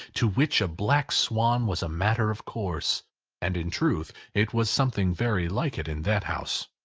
to which a black swan was a matter of course and in truth it was something very like it in that house.